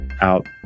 out